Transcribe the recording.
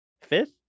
Fifth